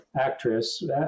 actress